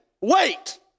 wait